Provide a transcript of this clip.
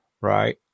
Right